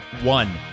One